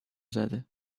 زده